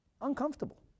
uncomfortable